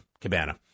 Cabana